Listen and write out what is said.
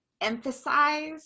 emphasize